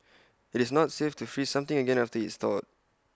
IT is not safe to freeze something again after IT has thawed